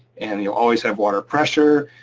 and you'll always have water pressure.